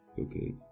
Okay